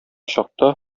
чакта